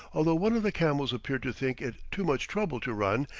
although one of the camels appeared to think it too much trouble to run,